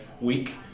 week